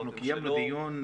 אנחנו קיימנו דיון,